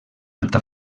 alta